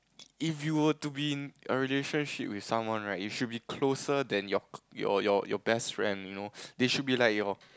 if you were to be in a relationship with someone right you should be closer than your close your your best friend you know they should be like your